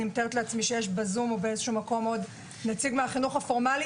אני מתארת לעצמי שנמצאת כאן גם נציג מהחינוך הפורמלי